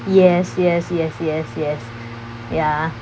yes yes yes yes yes ya